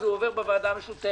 הוא עובר בוועדה המשותפת.